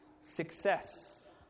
Success